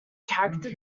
character